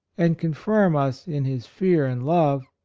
and confirm us in his fear and love,